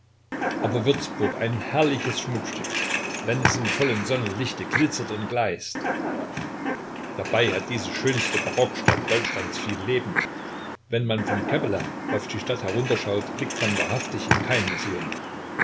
aber würzburg ein herrliches schmuckstück wenn es im vollen sonnenlichte glitzert und gleißt dabei hat diese schönste barockstadt deutschlands viel leben wenn man vom käppele auf die stadt herunterschaut blickt man wahrhaftig in kein museum